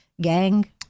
gang